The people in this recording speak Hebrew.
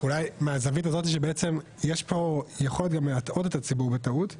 אולי מהזווית הזאת שיש פה יכולת להטעות את הציבור בטעות.